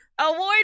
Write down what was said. award